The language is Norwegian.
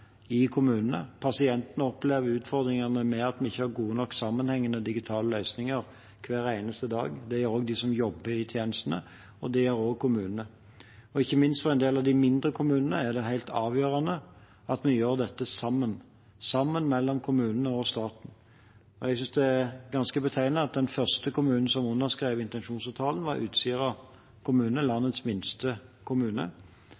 i kommunene. Pasientene opplever hver eneste dag utfordringene med at vi ikke har gode nok sammenhengende digitale løsninger, det gjør også de som jobber i tjenestene og kommunene. Ikke minst for en del av de mindre kommunene er det helt avgjørende at vi gjør dette sammen, kommunene og staten sammen. Jeg synes det er ganske betegnende at den første kommunen som underskrev intensjonsavtalen, var Utsira, landets minste kommune. Det er helt åpenbart at for en slik kommune